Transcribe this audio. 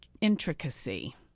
intricacy